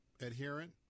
adherent